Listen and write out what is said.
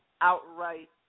outright